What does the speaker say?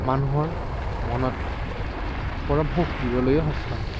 মানুহৰ মনত পৰম সুখ দিবলৈও সক্ষম হয়